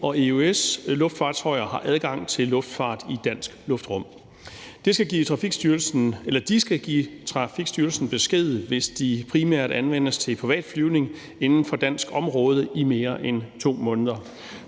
og EØS-luftfartøjer har adgang til luftfart i dansk luftrum. De skal give Trafikstyrelsen besked, hvis de primært anvendes til privat flyvning inden for dansk område i mere end 2 måneder.